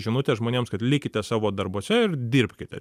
žinutė žmonėms kad likite savo darbuose ir dirbkite